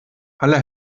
alle